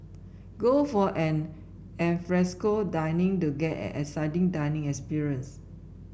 go for an alfresco dining to get an exciting dining experience